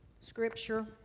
scripture